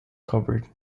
covered